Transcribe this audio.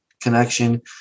connection